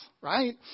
right